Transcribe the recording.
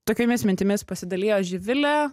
tokiomis mintimis pasidalijo živilė